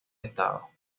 estado